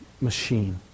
machine